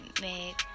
made